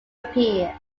appear